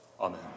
Amen